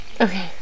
Okay